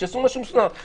שיעשו משהו מסודר.